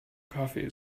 kaffee